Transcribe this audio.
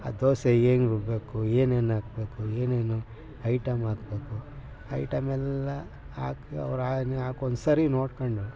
ಆ ದೋಸೆ ಹೆಂಗೆ ರುಬ್ಬಬೇಕು ಏನೇನು ಹಾಕ್ಬೇಕು ಏನೇನು ಐಟಮ್ ಹಾಕ್ಬೇಕು ಐಟಮೆಲ್ಲ ಹಾಕಿ ಅವ್ರು ಹಾಕಿ ಒಂದ್ಸರಿ ನೋಡ್ಕೊಂಡು